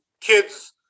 kids